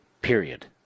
Period